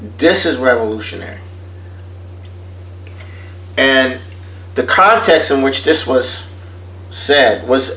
this is revolutionary and the contests in which this was said was